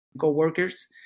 co-workers